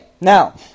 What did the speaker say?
now